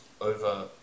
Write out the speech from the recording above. over